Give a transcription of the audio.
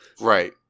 Right